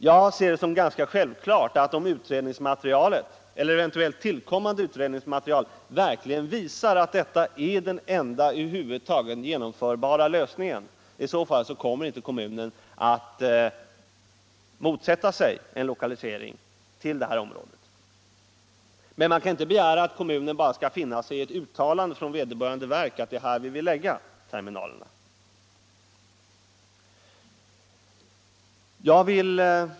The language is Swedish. Jag ser det som ganska självklart att om utredningsmaterialet — eller eventuellt tillkommande utredningsmaterial — verkligen visar att detta är den enda genomförbara lösningen, så kommer inte kommunen att motsätta sig en lokalisering till det här området. Men man kan inte begära att kommunen bara skall finna sig i ett uttalande från vederbörande verk att det är här vi vill lägga terminalerna.